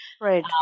Right